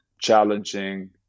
challenging